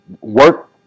work